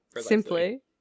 Simply